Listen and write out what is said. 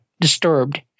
disturbed